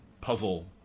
puzzle